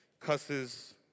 cusses